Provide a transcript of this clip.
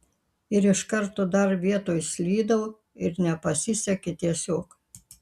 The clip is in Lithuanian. ir iš karto dar vietoj slydau ir nepasisekė tiesiog